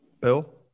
Bill